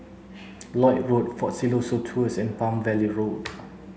Lloyd Road Fort Siloso Tours and Palm Valley Road